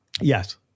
Yes